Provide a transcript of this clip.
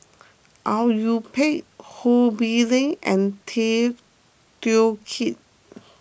Au Yue Pak Ho Bee Ling and Tay Teow Kiat